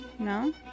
No